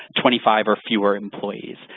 twenty five or fewer employees.